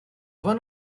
one